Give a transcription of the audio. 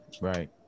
Right